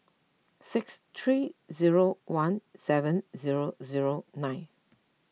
six three zero one seven zero zero nine